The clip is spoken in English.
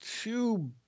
two